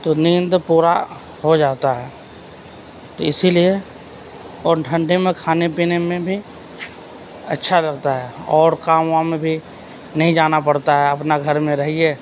تو نیند پورا ہو جاتا ہے تو اسی لیے اور ٹھنڈی میں کھانے پینے میں بھی اچھا لگتا ہے اور کام وام میں بھی نہیں جانا پڑتا ہے اپنا گھر میں رہیے